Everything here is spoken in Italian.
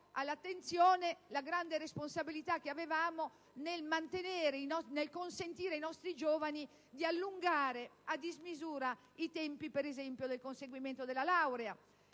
attenzione la grande responsabilità che avevamo nel consentire ai nostri giovani di allungare a dismisura i tempi, ad esempio, del conseguimento della laurea.